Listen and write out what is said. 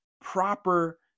proper